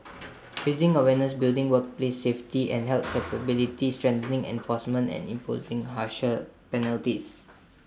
raising awareness building workplace safety and health capability strengthening enforcement and imposing harsher penalties